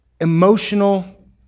emotional